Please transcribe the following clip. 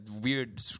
weird